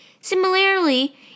Similarly